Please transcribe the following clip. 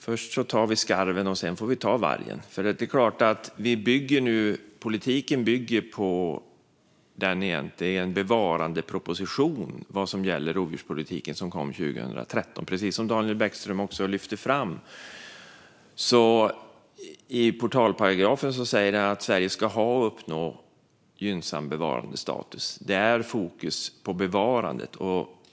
Först tar vi skarven, och sedan får vi ta vargen. Rovdjurspolitiken bygger egentligen på den bevarandeproposition som kom 2013. Precis som Daniel Bäckström också lyfte fram sägs i portalparagrafen att Sverige ska uppnå gynnsam bevarandestatus; det är fokus på bevarandet.